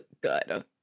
good